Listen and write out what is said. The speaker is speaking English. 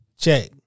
Check